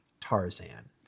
Tarzan